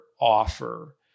offer